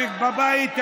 בבית הזה,